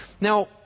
Now